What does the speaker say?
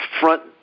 front